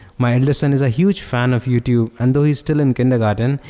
my elder son is a huge fan of youtube and though he's still in kindergarten,